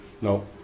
no